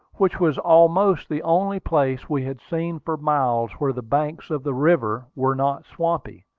which was almost the only place we had seen for miles where the banks of the river were not swampy,